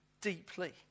deeply